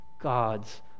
God's